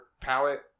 palette